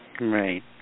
Right